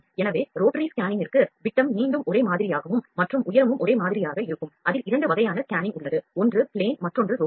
எனவே ரோட்டரி ஸ்கேனிங்கிற்கு விட்டம் மீண்டும் ஒரே மாதிரியாகவும் மற்றும் உயரமும் ஒரே மாதிரியாக இருக்கும் அதில் இரண்டு வகையான scanning உள்ளது ஒன்று plane மற்றோன்று rotary